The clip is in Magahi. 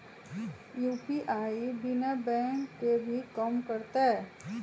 यू.पी.आई बिना बैंक के भी कम करतै?